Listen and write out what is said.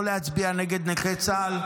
לא להצביע נגד נכי צה"ל,